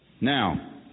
Now